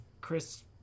Chris